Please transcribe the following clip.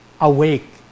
awake